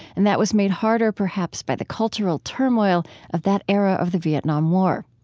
and that was made harder perhaps by the cultural turmoil of that era of the vietnam war.